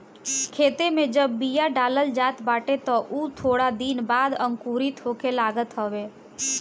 खेते में जब बिया डालल जात बाटे तअ उ थोड़ दिन बाद अंकुरित होखे लागत हवे